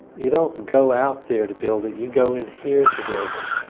you don't go out there to build it, you go in here to build it.